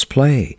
play